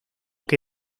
que